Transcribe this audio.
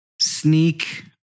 sneak